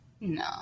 No